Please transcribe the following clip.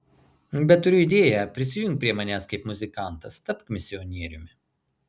bet turiu idėją prisijunk prie manęs kaip muzikantas tapk misionieriumi